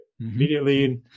immediately